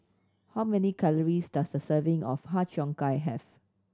how many calories does a serving of Har Cheong Gai have